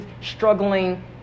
struggling